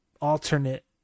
alternate